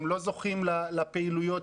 הם לא זוכים לפעילויות,